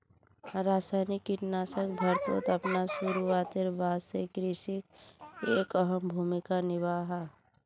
रासायनिक कीटनाशक भारतोत अपना शुरुआतेर बाद से कृषित एक अहम भूमिका निभा हा